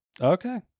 Okay